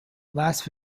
last